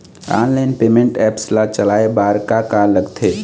Online payment apps ला चलाए बार का का लगथे?